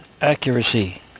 accuracy